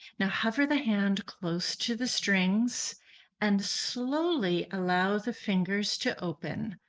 now hover the hand close to the strings and slowly allow the fingers to open.